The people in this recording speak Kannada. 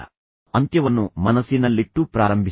ಆದ್ದರಿಂದ ಅಂತ್ಯವನ್ನು ಮನಸ್ಸಿನಲ್ಲಿಟ್ಟುಕೊಂಡು ಪ್ರಾರಂಭಿಸಿ